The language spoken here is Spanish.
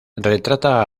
retrata